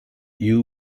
you